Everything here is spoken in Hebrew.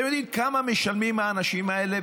אתם יודעים כמה משלמים האנשים האלה?